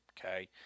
okay